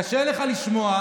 קשה לך לשמוע,